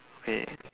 okay